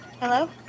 Hello